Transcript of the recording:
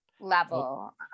level